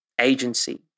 agency